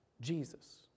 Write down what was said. Jesus